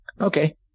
okay